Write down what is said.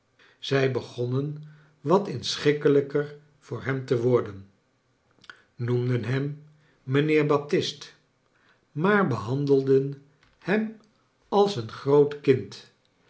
zij begonnen wat iuschikkelijker voor hem te worden noemden hem mijnheer baptist maar behandelden hem als een groot kind